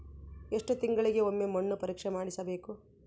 ಎಷ್ಟು ತಿಂಗಳಿಗೆ ಒಮ್ಮೆ ಮಣ್ಣು ಪರೇಕ್ಷೆ ಮಾಡಿಸಬೇಕು?